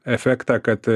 efektą kad